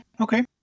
Okay